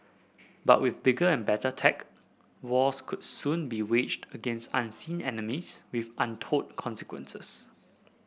but with bigger and better tech wars could soon be waged against unseen enemies with untold consequences